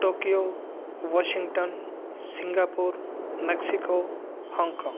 Tokyo Washington Singapore Mexico Hong Kong